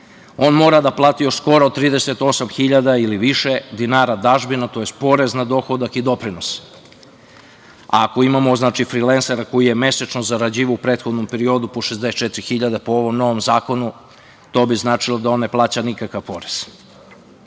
on mora da plati od skoro 38 hiljada ili više dinara dažbina, tj. porez na dohodak i doprinose. Ako imamo frilensera koji je mesečno zarađivao u prethodnom periodu po 64 hiljade, po ovom novom zakonu to bi značilo da on ne plaća nikakav porez. Ako